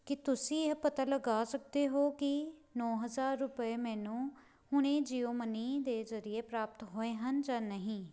ਕੀ ਤੁਸੀਂਂ ਇਹ ਪਤਾ ਲਗਾ ਸਕਦੇ ਹੋ ਕਿ ਨੌਂ ਹਜ਼ਾਰ ਰੁਪਏ ਮੈਨੂੰ ਹੁਣੇ ਜੀਓਮਨੀ ਦੇ ਜ਼ਰੀਏ ਪ੍ਰਾਪਤ ਹੋਏ ਹਨ ਜਾਂ ਨਹੀਂ